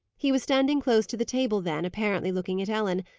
he was standing close to the table then, apparently looking at ellen,